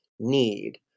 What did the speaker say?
need